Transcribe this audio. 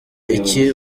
iki